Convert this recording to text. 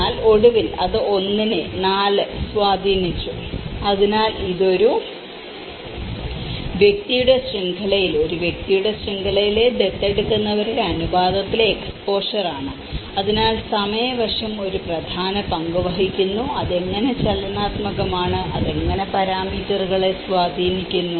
എന്നാൽ ഒടുവിൽ അത് ഒന്നിനെ സ്വാധീനിച്ചു അതിനാൽ ഇത് ഒരു വ്യക്തിയുടെ ശൃംഖലയിൽ ഒരു വ്യക്തിയുടെ ശൃംഖലയിലെ ദത്തെടുക്കുന്നവരുടെ അനുപാതത്തിലെ എക്സ്പോഷർ ആണ് അതിനാൽ സമയ വശം ഒരു പ്രധാന പങ്ക് വഹിക്കുന്നു അത് എങ്ങനെ ചലനാത്മകമാണ് അത് എങ്ങനെ പരാമീറ്ററുകളെ സ്വാധീനിക്കുന്നു